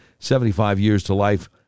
75-years-to-life